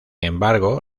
embargo